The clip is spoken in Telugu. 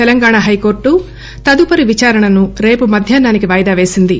తెలంగాణ హైకోర్లు తదుపరి విచారణను రేపటి మధ్యాహ్స్ నికి వాయిదా పేసింది